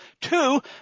Two